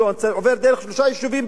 עובר דרך שלושה יישובים בדואיים,